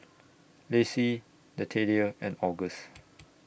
Lacie Nathaniel and August